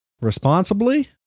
responsibly